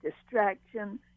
distraction